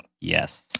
Yes